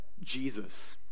Jesus